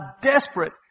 desperate